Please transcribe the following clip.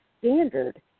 standard